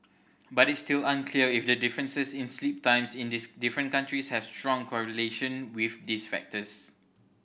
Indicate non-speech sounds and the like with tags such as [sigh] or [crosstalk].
but it's still unclear if the differences in sleep times in [unintelligible] different countries have strong correlation with these factors